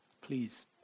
Please